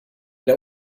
der